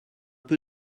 peu